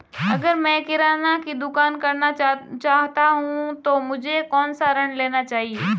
अगर मैं किराना की दुकान करना चाहता हूं तो मुझे कौनसा ऋण लेना चाहिए?